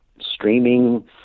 streaming